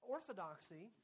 Orthodoxy